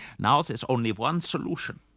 now there's only one solution.